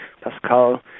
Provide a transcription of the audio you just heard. Pascal